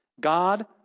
God